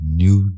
new